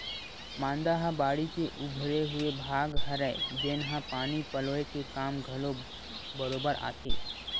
मांदा ह बाड़ी के उभरे हुए भाग हरय, जेनहा पानी पलोय के काम घलो बरोबर आथे